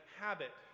habit